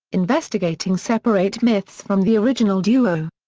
investigating separate myths from the original duo.